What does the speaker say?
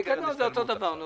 זה אותו הדבר.